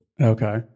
Okay